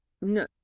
No